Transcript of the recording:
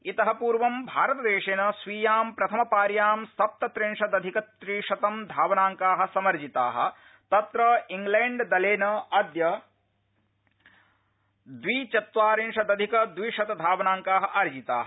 इतपूर्वं भारतदेशेन स्वीयां प्रथम पार्यां सप्तत्रिंशदधिकत्रिशतं धवनांका समर्जिता तत्र इंग्लैण्डदलेन अद्य द्विचत्वारिंशदधिक द्विशंत धावनांका अर्जिता